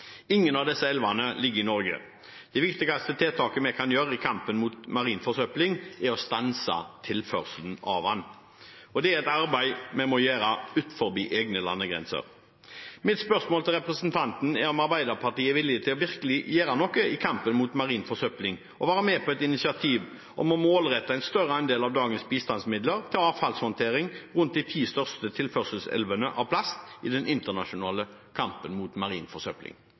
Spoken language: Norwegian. Ingen av disse elvene ligger i Norge. Det viktigste tiltaket vi kan gjøre i kampen mot marin forsøpling, er å stanse tilførselen av den. Det er et arbeid vi må gjøre utenfor egne landegrenser. Mitt spørsmål til representanten er om Arbeiderpartiet er villig til virkelig å gjøre noe i den internasjonale kampen mot marin forsøpling og være med på et initiativ til å målrette en større del av dagens bistandsmidler til avfallshåndtering rundt de ti elvene som tilfører mest plast.